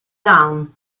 down